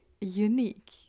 unique